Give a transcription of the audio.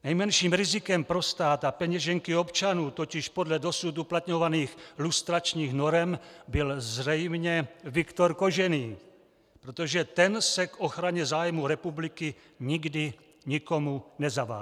Nejmenším rizikem pro stát a peněženky občanů totiž podle dosud uplatňovaných lustračních norem byl zřejmě Viktor Kožený, protože ten se k ochraně zájmů republiky nikdy nikomu nezavázal.